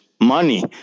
money